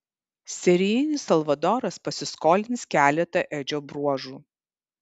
serijinis salvadoras pasiskolins keletą edžio bruožų